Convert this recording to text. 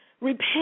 Repent